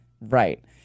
right